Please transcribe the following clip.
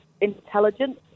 intelligence